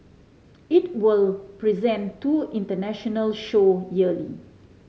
it will present two international show yearly